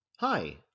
Hi